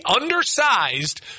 undersized